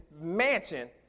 mansion